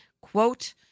Quote